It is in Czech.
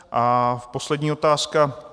A poslední otázka.